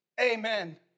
amen